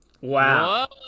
Wow